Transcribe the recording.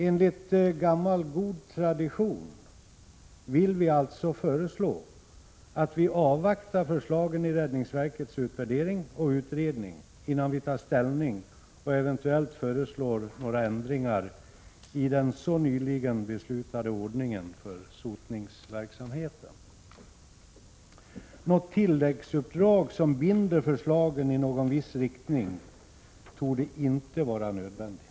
Enligt gammal god tradition vill utskottet föreslå att man avvaktar räddningsverkets utvärdering innan man tar ställning och eventuellt föreslår några ändringar i den så nyligen beslutade ordningen för sotningsverksamheten. Något tilläggsuppdrag som binder förslagen i någon viss riktning torde inte vara nödvändigt.